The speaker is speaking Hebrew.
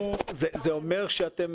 זה אומר שאתם